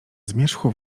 zmierzchu